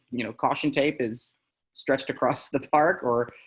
you know, caution tape is stretched across the park or,